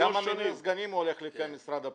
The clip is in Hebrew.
גם מינוי סגנים הולך לפי משרד הפנים.